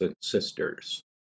Sisters